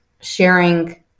sharing